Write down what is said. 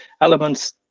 elements